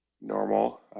normal